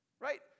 right